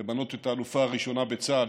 למנות את האלופה הראשונה בצה"ל,